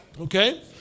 Okay